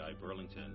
Burlington